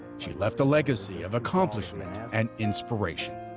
she left a legacy of accomplishment and inspiration.